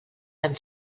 tan